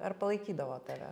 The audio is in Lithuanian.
su ar palaikydavo tave